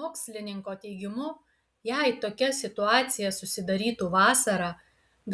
mokslininko teigimu jei tokia situacija susidarytų vasarą